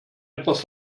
etwas